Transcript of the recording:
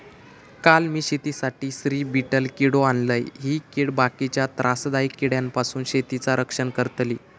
काल मी शेतीसाठी स्त्री बीटल किडो आणलय, ही कीड बाकीच्या त्रासदायक किड्यांपासून शेतीचा रक्षण करतली